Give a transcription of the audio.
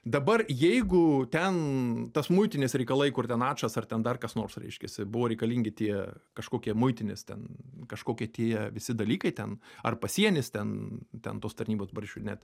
dabar jeigu ten tas muitinės reikalai kur ten ačas ar ten dar kas nors reiškiasi buvo reikalingi tie kažkokie muitinės ten kažkokie tie visi dalykai ten ar pasienis ten ten tos tarnybos dabar aš jau net